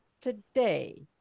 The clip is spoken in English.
today